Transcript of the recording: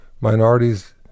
minorities